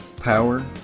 Power